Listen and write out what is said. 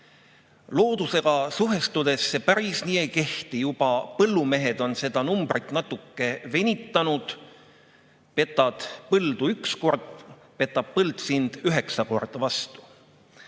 Loodusega suhestudes see päris nii ei kehti. Juba põllumehed on seda numbrit natuke venitanud: "Petad põldu üks kord, petab põld sind üheksa korda vastu."